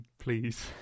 Please